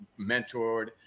mentored